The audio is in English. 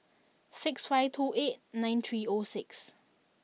six five two eight nine three O six